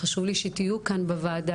חשוב לי שתהיו כאן בוועדה.